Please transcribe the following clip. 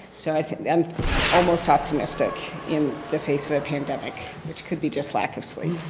so i am almost optimistic in the face of a pandemic which could be just like of sleep.